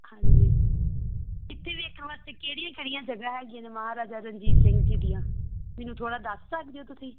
ਹਾਂਜੀ ਇੱਥੇ ਦੇਖਣ ਵਾਸਤੇ ਕਿਹੜੀਆਂ ਕਿਹੜੀਆਂ ਜਗ੍ਹਾ ਹੈਗੀਆਂ ਨੇ ਮਹਾਰਾਜਾ ਰਣਜੀਤ ਸਿੰਘ ਜੀ ਦੀਆਂ ਮੈਨੂੰ ਥੋੜ੍ਹਾ ਦੱਸ ਸਕਦੇ ਹੋ ਤੁਸੀਂ